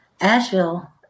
Asheville